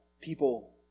People